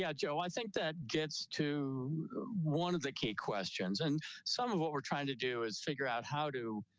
yeah joe, i think that gets to one of the key questions and some of what we're trying to do is figure out how to